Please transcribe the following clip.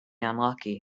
unlucky